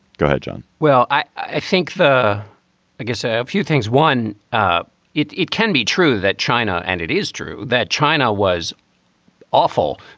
go ahead, john well, i think the i guess a few things. one, it it can be true that china and it is true that china was awful